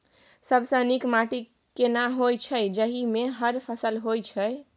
सबसे नीक माटी केना होय छै, जाहि मे हर फसल होय छै?